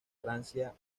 francia